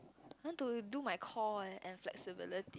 I want to do my core eh and flexibility